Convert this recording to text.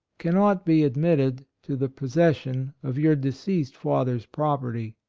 cannot be admitted to the possession of your deceased father's property,